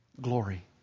glory